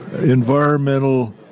environmental